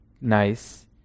nice